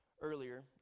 earlier